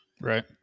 right